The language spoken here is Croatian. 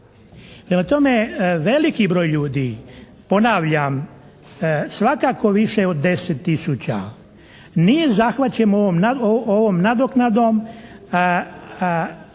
tome, veliki broj ljudi, ponavljam svakako više od 10 tisuća nije zahvaćeno ovom nadoknadom,